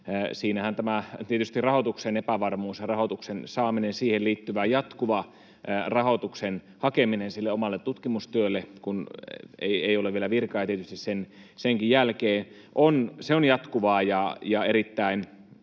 siinähän tietysti rahoituksen epävarmuus ja rahoituksen saaminen, siihen liittyvä jatkuva rahoituksen hakeminen sille omalle tutkimustyölle, kun ei ole vielä virkaa ja tietysti sen jälkeenkin, on jatkuvaa ja erittäin